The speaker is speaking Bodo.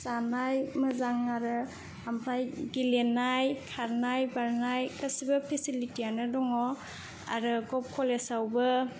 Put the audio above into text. जानाय मोजां आरो ओमफ्राय गेलेनाय खारनाय बारनाय गासिबो फेसिलिटियानो दङ आरो कक कलेजावबो